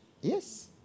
Yes